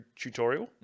tutorial